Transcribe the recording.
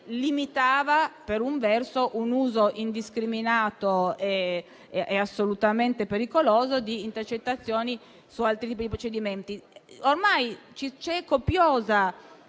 limitava un uso indiscriminato e assolutamente pericoloso di intercettazioni su altri tipi di procedimenti. C'è una copiosa